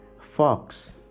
Fox